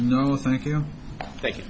no thank you thank you